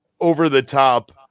over-the-top